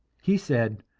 he said,